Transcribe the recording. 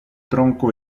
tronco